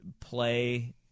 play